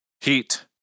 Heat